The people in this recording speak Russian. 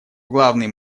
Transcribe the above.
главные